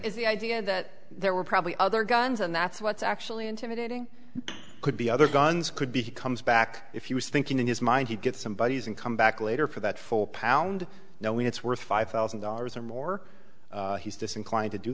is the idea that there were probably other guns and that's what's actually intimidating could be other guns could be he comes back if he was thinking in his mind he'd get some buddies and come back later for that four pound knowing it's worth five thousand dollars or more he's disinclined to do